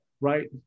Right